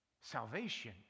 salvation